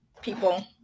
people